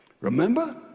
Remember